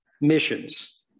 missions